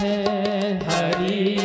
Hari